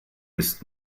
ist